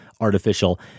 artificial